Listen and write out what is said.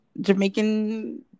Jamaican